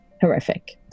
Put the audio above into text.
horrific